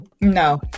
No